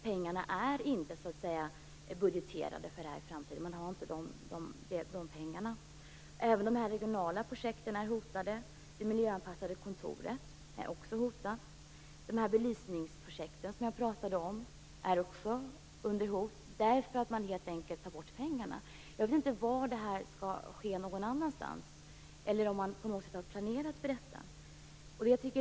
Det finns inte pengar budgeterade för detta i framtiden. Även de regionala projekten liksom projektet Det miljöanpassade kontoret är hotade. De belysningsprojekt som jag har talat om är hotade, eftersom pengarna helt enkelt dras in. Jag vet inte om det här arbetet skall utföras någon annanstans. Har man på något sätt planerat för detta?